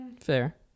Fair